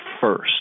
first